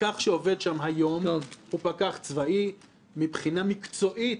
הפקח שעובד שם היום הוא פקח צבאי מבחינה מקצועית,